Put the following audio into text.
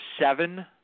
seven –